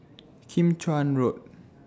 Kim Chuan Road